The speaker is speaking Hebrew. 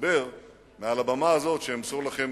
לדבר מעל הבמה הזאת, שאמסור לכם